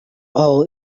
all